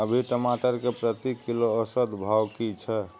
अभी टमाटर के प्रति किलो औसत भाव की छै?